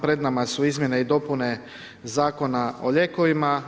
Pred nama su izmjene i dopune Zakona o lijekovima.